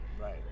right